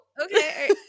okay